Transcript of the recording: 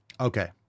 Okay